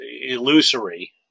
illusory